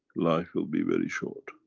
life will be very short,